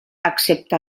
excepte